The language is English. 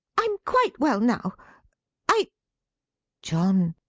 i'm quite well now i john!